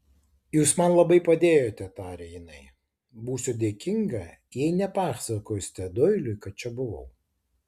jūs man labai padėjote tarė jinai būsiu dėkinga jei nepasakosite doiliui kad čia buvau